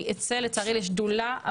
אני אצא, לצערי, לשדולה.